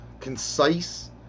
concise